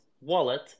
wallet